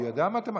הוא ילמד.